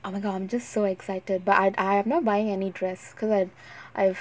oh my god I'm just so excited but I I'm not buying any dress because I've I've